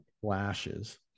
flashes